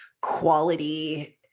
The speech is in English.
quality